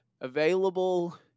available